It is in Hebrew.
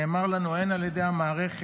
נאמר לנו הן על ידי המערכת,